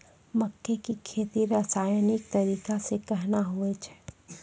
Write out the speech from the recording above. मक्के की खेती रसायनिक तरीका से कहना हुआ छ?